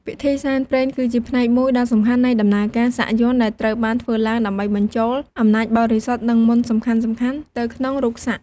ពិធីសែនព្រេន គឺជាផ្នែកមួយដ៏សំខាន់នៃដំណើរការសាក់យ័ន្ត ដែលត្រូវបានធ្វើឡើង ដើម្បីបញ្ចូលអំណាចបរិសុទ្ធ និងមន្តសំខាន់ៗទៅក្នុងរូបសាក់។